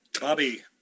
Bobby